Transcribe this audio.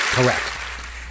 Correct